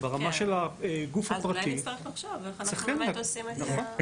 ברמה של הגוף הפרטי --- אולי נצטרך לחשוב איך אנחנו עושים את זה.